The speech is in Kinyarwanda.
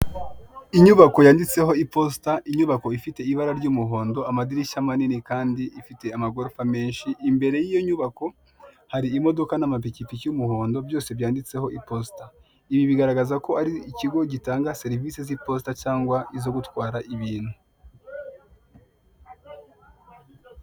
Inyubako yanditseho Iposita, inyubako ifite ibara ry'umuhondo, amadirishya manini kandi ifite amagorofa menshi. Imbere y'iyo nyubako hari imodoka n'amapikipiki y'umuhondo, byose byanditseho "Iposita", ibi bigaragaza ko ari ikigo gitanga serivise z'Iposita cyangwa izo gutwara ibintu.